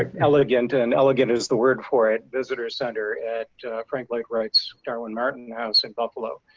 ah hello again to an elegant is the word for it. visitor center at frank like rights darwin martin house in buffalo.